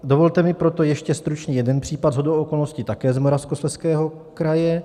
Dovolte mi proto ještě stručně jeden případ, shodou okolností také z Moravskoslezského kraje.